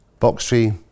Boxtree